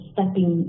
stepping